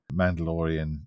Mandalorian